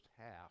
half